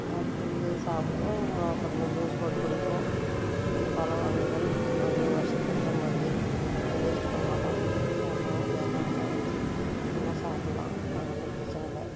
அறுத்து அதை சாப்பிடுவோம் அப்புறமா ஜூஸ் போட்டுக் குடிப்போம் அந்த பழம் வகைகள் அது வருஷத்துக்கு ஒரு டைம் வருது அது வேஸ்ட் பண்ண மாட்டோம் சாப்பிடுவோம் யாருனால் வந்தா வச்சு ஒன்றா சாப்பிட்ல்லாம் அது ஒன்றும் பிரச்சனை இல்லை